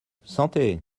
santé